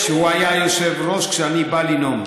שהוא היושב-ראש כשאני בא לנאום.